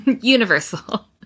universal